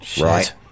Right